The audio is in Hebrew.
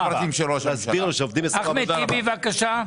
אחמד טיבי, בבקשה.